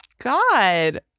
God